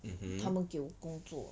他们给我工作